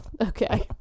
Okay